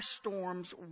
storms